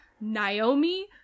Naomi